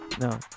no